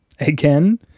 again